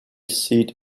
seat